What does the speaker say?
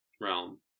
realm